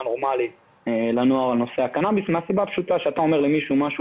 נורמלית לנוער על הקנאביס מהסיבה הפשוטה שאתה אומר למישהו משהו